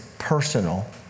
personal